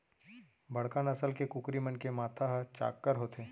बड़का नसल के कुकरी मन के माथा ह चाक्कर होथे